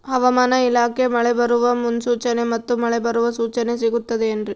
ಹವಮಾನ ಇಲಾಖೆ ಮಳೆ ಬರುವ ಮುನ್ಸೂಚನೆ ಮತ್ತು ಮಳೆ ಬರುವ ಸೂಚನೆ ಸಿಗುತ್ತದೆ ಏನ್ರಿ?